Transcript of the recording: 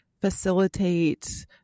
facilitate